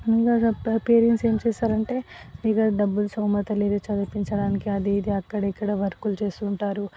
parents ఏం చేస్తారు అంటే ఇక డబ్బులు స్థోమత లేదు చదివిపించడానికి ఇది అది అక్కడ ఇక్కడ వర్కులు చేస్తూ ఉంటారు